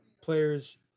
players